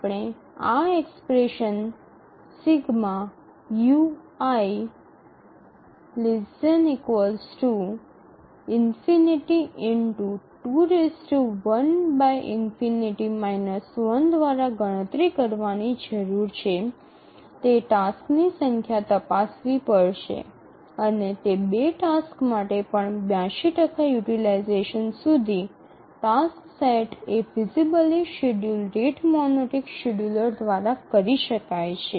આપણે આ એક્સપ્રેશન ≤∞ 2 − 1 દ્વારા ગણતરી કરવાની જરૂર છે તે ટાસક્સની સંખ્યા તપાસવી પડશે અને તે ૨ ટાસક્સ માટે પણ ૮૨ યુટીલાઈઝેશન સુધી ટાસક્સ સેટ એ feasibly schedule rate monotonic scheduler દ્વારા કરી શકાય છે